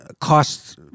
costs—